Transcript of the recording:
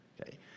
Okay